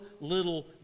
little